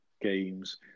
games